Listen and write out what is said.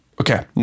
Okay